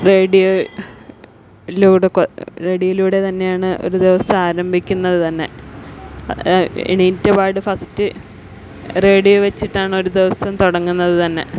radio ലൂടെ റേഡിയോയിലൂടെ തന്നെയാണ് ഒരു ദിവസം ആരംഭിക്കുന്നത് തന്നെ എണ്ണീറ്റപാട് ഫസ്റ്റ് റേഡിയോ വച്ചിട്ടാണ് ഒരു ദിവസം തുടങ്ങുന്നത് തന്നെ